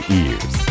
ears